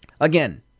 Again